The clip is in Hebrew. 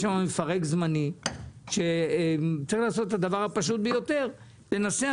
יש מפרק זמני שצריך לעשות את הדבר הפשוט ביותר ולנסח